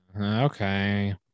Okay